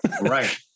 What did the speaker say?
Right